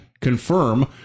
confirm